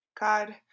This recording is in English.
God